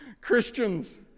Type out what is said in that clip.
Christians